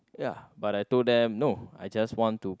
ya but I told them no I just want to